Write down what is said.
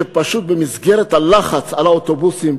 שפשוט במסגרת הלחץ על האוטובוסים,